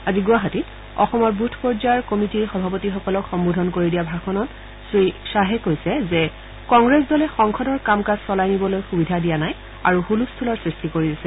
আজি গুৱাহাটীত অসমৰ বুথ পৰ্যায়ৰ কমিটীৰ সভাপতিসকলক সম্বোধন কৰি দিয়া ভাষণত শ্ৰীশ্বাহে কৈছে যে কংগ্ৰেছ দলে সংসদৰ কাম কাজ চলাই নিবলৈ সুবিধা দিয়া নাই আৰু ছলস্থলৰ সৃষ্টি কৰি আছে